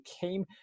came